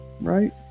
right